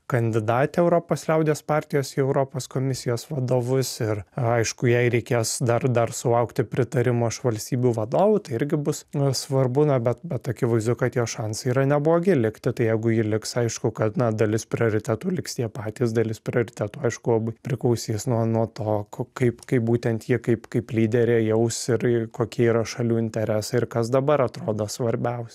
kandidatė europos liaudies partijos į europos komisijos vadovus ir aišku jai reikės dar dar sulaukti pritarimo iš valstybių vadovų tai irgi bus svarbu na bet bet akivaizdu kad jos šansai yra neblogi likti tai jeigu ji liks aišku kad na dalis prioritetų liks tie patys dalis prioritetų aišku labai priklausys nuo nuo to ko kaip kaip būtent ji kaip kaip lyderė jaus ir kokie yra šalių interesai ir kas dabar atrodo svarbiausia